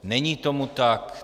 Není tomu tak.